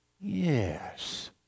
yes